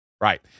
right